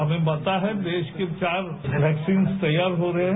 हमें पता है देश के चार वैक्सीन से तैयार हो रहे हैं